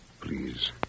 Please